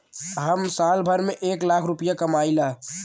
हम साल भर में एक लाख रूपया कमाई ला